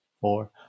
four